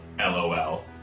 LOL